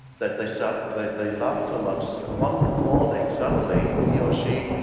that they start that they love so much, one morning, suddenly, he or she